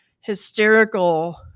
hysterical